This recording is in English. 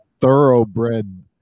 thoroughbred